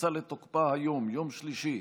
שנכנסה לתוקפה היום, יום שלישי,